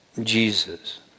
Jesus